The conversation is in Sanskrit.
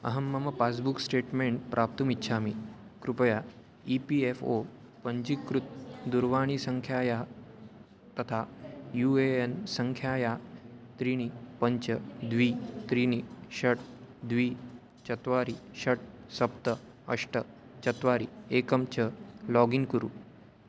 अहं मम पास्बुक् स्टेट्मेण्ट् प्राप्तुमिच्छामि कृपया ई पी एफ़् ओ पञ्जीकृतायाः दूरवाणीसङ्ख्यायाः तथा यू ए एन् सङ्ख्यायाः त्रीणि पञ्च द्वि त्रीणि षट् द्वि चत्वारि षट् सप्त अष्ट चत्वारि एकं च लागिन् कुरु